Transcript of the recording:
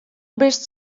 bist